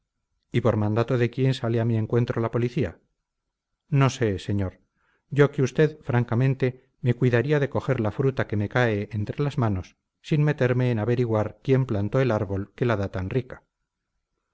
y por mandato de quién sale a mi encuentro la policía no sé señor yo que usted francamente me cuidaría de coger la fruta que me cae entre las manos sin meterme en averiguar quién plantó el árbol que la da tan rica